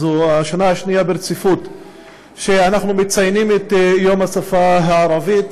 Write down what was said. זו השנה השנייה ברציפות שאנחנו מציינים את יום השפה הערבית,